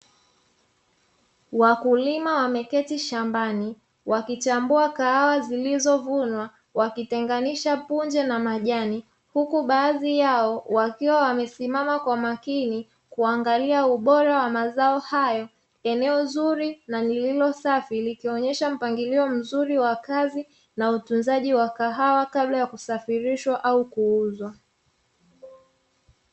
Wakulima wameketi shambani wakichambua kahawa zilizovunwa, wakitenganisha punje na majani. Huku baadhi yao wakiwa wamesimama kwa makini kuangalia ubora wa mazao hayo, eneo zuri na liliosafi likionyesha mpangilio mzuri wa kazi na utunzaji wa kahawa kabla ya kusafirishwa au kuuzwa .